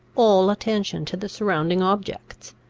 all attention to the surrounding objects.